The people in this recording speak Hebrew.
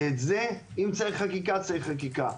אם צריך לשנות חקיקה, לשנות חקיקה.